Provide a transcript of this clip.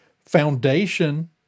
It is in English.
Foundation